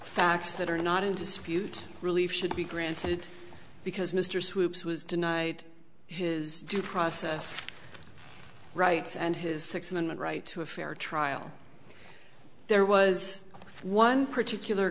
facts that are not in dispute relief should be granted because mr swoops was denied his due process rights and his sixth amendment right to a fair trial there was one particular